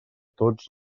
tots